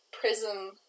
prison